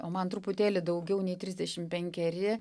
o man truputėlį daugiau nei trisdešimt penkeri